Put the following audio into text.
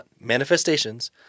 manifestations